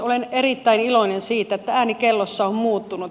olen erittäin iloinen siitä että ääni kellossa on muuttunut